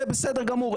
זה בסדר גמור.